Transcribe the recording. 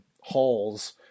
halls